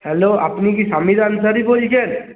hello আপনি কি শামিদ আনসারী বলছেন